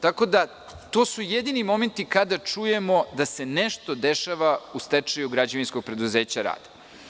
To su jedini momenti kada čujemo da se nešto dešava u stečaju Građevinskog preduzeća „Rad“